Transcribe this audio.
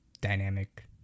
dynamic